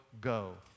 go